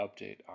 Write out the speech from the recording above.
update